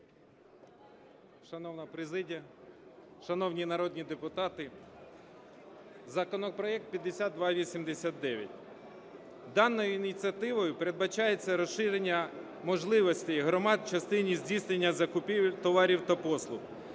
Шановна президія, шановні народні депутати! Законопроект 5289. Даною ініціативою передбачається розширення можливостей громад в частині здійснення закупівель товарів та послуг